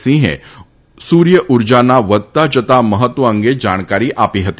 સિંહે સૂર્યઉર્જાના વધતા જતા મહત્વ અંગે જાણકારી આપી હતી